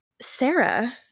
sarah